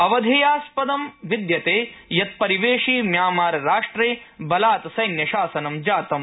अवधेयास्पदं विद्यते यत परिवेशि म्यांमार राष्ट्रे बलात् सैन्य शासनम् जातम्